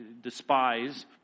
despise